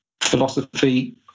philosophy